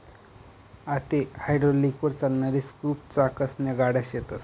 आते हायड्रालिकलवर चालणारी स्कूप चाकसन्या गाड्या शेतस